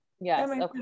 Yes